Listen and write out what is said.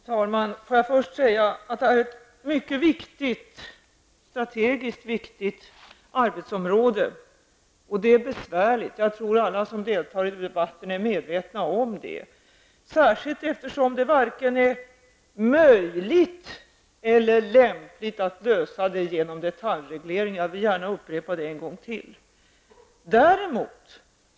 Fru talman! Låt mig först säga att detta är ett strategiskt mycket viktigt arbetsområde, och det är besvärligt. Jag tror att alla som deltar i debatten är medvetna om det. Detta är fallet särskilt eftersom det inte är vare sig möjligt eller lämpligt att lösa problemet genom detaljregleringar. Jag vill gärna en gång till upprepa det.